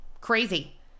crazy